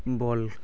ball